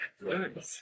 Good